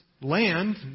land